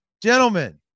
Gentlemen